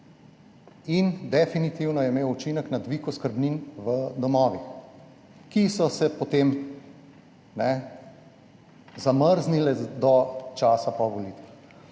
in definitivno je imel učinek na dvig oskrbnin v domovih, ki so se potem zamrznile do časa po volitvah.